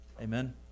Amen